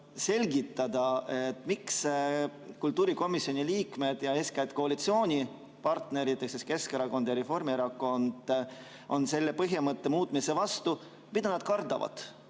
selgitada, miks kultuurikomisjoni liikmed ja eeskätt koalitsioonipartnerid Keskerakond ja Reformierakond on selle põhimõtte muutmise vastu? Mida nad kardavad?